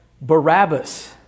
Barabbas